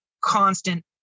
constant